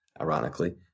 ironically